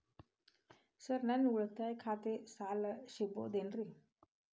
Sir ನನ್ನ ಉಳಿತಾಯ ಖಾತೆಯ ಸಾಲ ಸಿಗಬಹುದೇನ್ರಿ?